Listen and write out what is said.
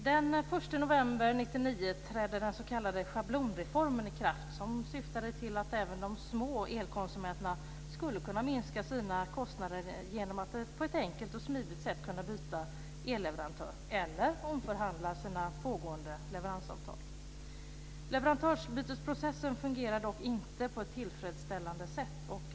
Herr talman! Den 1 november 1999 trädde den s.k. schablonreformen i kraft. Den syftade till att även de små elkonsumenterna skulle kunna minska sina kostnader genom att enkelt och smidigt byta elleverantör eller omförhandla sina pågående leveransavtal. Processen vid byte av leverantör fungerar dock inte på ett tillfredsställande sätt.